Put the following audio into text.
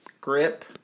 grip